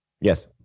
Yes